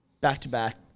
back-to-back